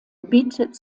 bietet